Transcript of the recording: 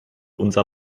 unser